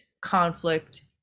conflict